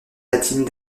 latine